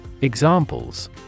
Examples